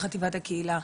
חטיבת הקהילה.